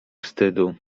wstydu